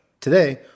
Today